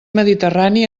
mediterrani